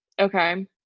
Okay